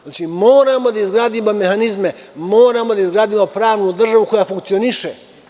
Znači, moramo da izgradimo mehanizme, moramo da izgradimo pravnu državu koja funkcioniše.